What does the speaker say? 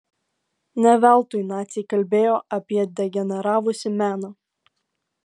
ne veltui naciai kalbėjo apie degeneravusį meną